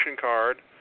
card